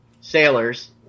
sailors